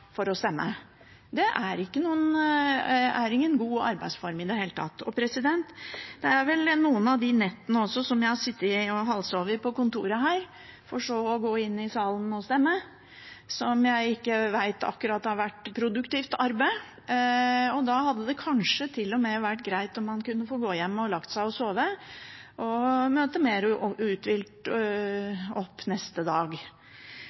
for å stemme. Det er ingen god arbeidsform i det hele tatt. Det er også noen netter hvor jeg har sittet og halvsovet på kontoret, for så å gå inn i salen og stemme, som jeg vet at ikke akkurat har vært produktivt arbeid. Da hadde det kanskje til og med vært greit om man kunne få gå hjem og lagt seg til å sove – og møte opp mer uthvilt neste dag.